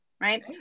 right